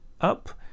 up